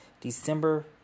December